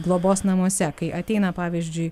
globos namuose kai ateina pavyzdžiui